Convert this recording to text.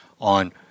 on